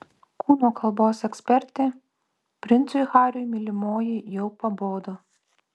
kūno kalbos ekspertė princui hariui mylimoji jau pabodo